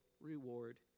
reward